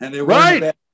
Right